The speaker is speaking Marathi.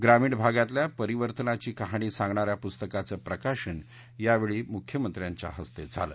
ग्रामीण भागातल्या परिवर्तनाची कहाणी सांगणा या पुस्ताकाचं प्रकाशन यावेळी मुख्यमंत्र्यांच्या हस्ते झालं